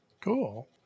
Cool